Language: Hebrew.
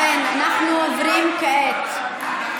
אנחנו עוברים כעת